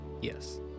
yes